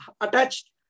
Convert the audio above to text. attached